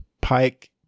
Pike